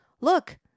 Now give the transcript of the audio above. Look